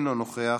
אינו נוכח,